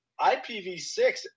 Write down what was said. IPv6